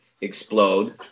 explode